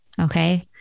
Okay